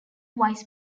vice